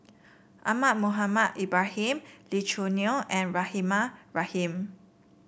Ahmad Mohamed Ibrahim Lee Choo Neo and Rahimah Rahim